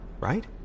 right